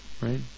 right